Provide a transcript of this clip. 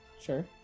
Sure